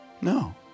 No